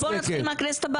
אז בוא נתחיל מהכנסת הבאה.